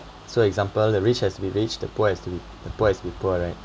so example the rich has to be rich the poor has to be the poor has to be poor right